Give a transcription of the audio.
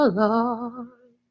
lord